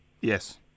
Yes